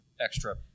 Extra